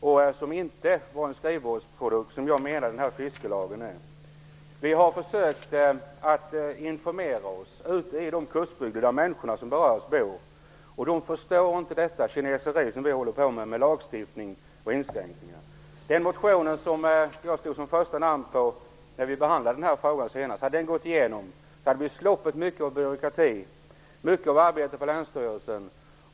Den var inte en skrivbordsprodukt, vilket jag menar att fiskelagen är. Vi har försökt att informera oss ute i de kustbygder där berörda människor bor. De förstår inte det kineseri som vi håller på med genom lagstiftning och inskränkningar. Hade den motionen som har mitt namn som första namn gått igenom när vi behandlade den här frågan senast hade vi sluppit mycket byråkrati och mycket arbete på länsstyrelsen.